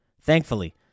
Thankfully